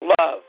love